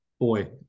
Boy